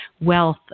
wealth